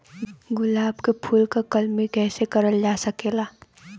गुलाब क फूल के कलमी कैसे करल जा सकेला?